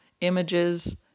images